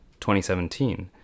2017